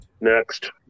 next